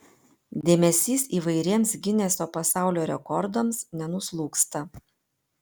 dėmesys įvairiems gineso pasaulio rekordams nenuslūgsta